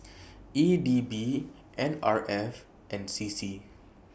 E D B N R F and C C